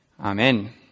Amen